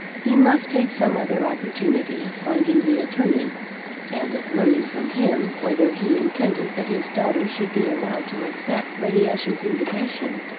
he must take some other opportunity of finding the attorney and of learning from him whether he intended that his daughter should be allowed to accept lady ushant's invitation.